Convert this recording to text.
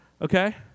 okay